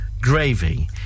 gravy